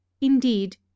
Indeed